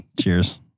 Cheers